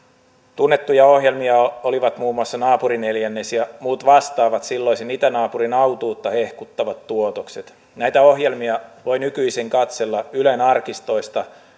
tunnettuja ohjelmia olivat muun muassa naapurineljännes ja muut vastaavat silloisen itänaapurin autuutta hehkuttavat tuotokset näitä ohjelmia voi nykyisin katsella ylen arkistoista